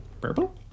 Purple